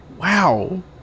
Wow